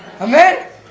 Amen